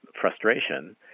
frustration